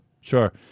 sure